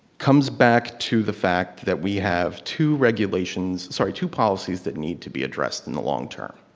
comes back to the fact that we have two regulations, sorry two policies that need to be addressed in the longterm.